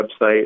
website